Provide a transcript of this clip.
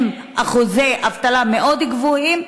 עם אחוזי אבטלה מאוד גדולים,